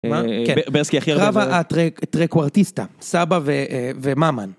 מה? כן. ברסקי הכי הרבה זה... קרבה הטרקוארטיסטה, סבא ומאמן.